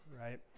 right